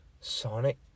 Sonic